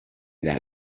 that